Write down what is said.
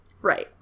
Right